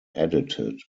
edited